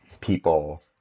people